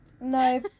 No